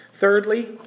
Thirdly